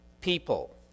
people